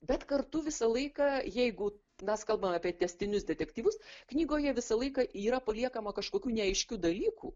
bet kartu visą laiką jeigu mes kalbam apie tęstinius detektyvus knygoje visą laiką yra paliekama kažkokių neaiškių dalykų